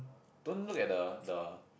don't look at the the